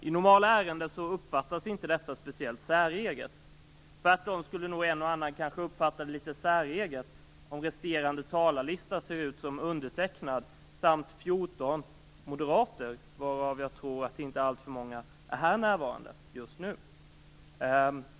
I normala ärenden uppfattas detta inte som speciellt säreget. Tvärtom skulle nog en och annan uppfatta det som litet säreget om resterande talarlista ser ut som denna, med undertecknad samt 14 moderater, varav jag tror att inte alltför många är närvarande just nu.